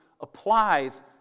applies